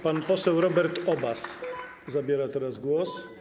Pan poseł Robert Obaz zabiera teraz głos.